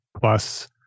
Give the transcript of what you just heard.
plus